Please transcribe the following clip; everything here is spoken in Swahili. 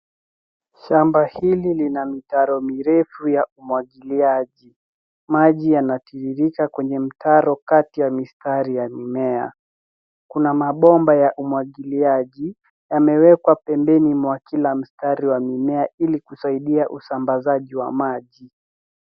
Shamba hili lina mitaro mirefu ya umwagiliaji, maji yanatiririka kwenye mtaro kati ya mistari ya mimea. Kuna mabomba ya umwagiliaji yamewekwa pembeni mwa kila mstari ya mimea ili kusaidia usambazaji wa maji.